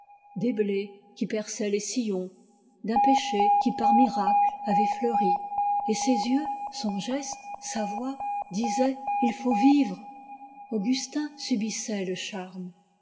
des blés qui perçaient les sillons d'un pêcher qui par miracle avait fleuri et ses yeux son geste sa voix disaient il faut vivre augustin subissait le charme